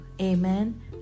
Amen